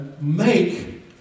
make